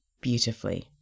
beautifully